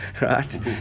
right